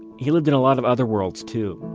he lived in a lot of other worlds, too.